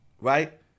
right